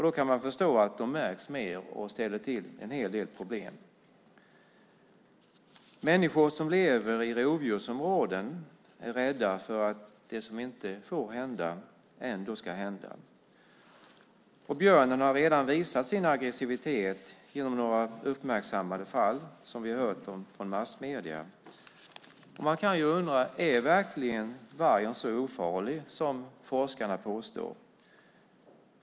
Då kan man förstå att de märks mer och ställer till en hel del problem. Människor som lever i rovdjursområden är rädda för att det som inte får hända ändå ska hända. Björnen har redan visat sin aggressivitet. Det är några uppmärksammade fall som vi hört om i massmedier. Man kan undra: Är vargen verkligen så ofarlig som forskarna påstår?